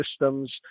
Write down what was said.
systems